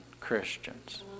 Christians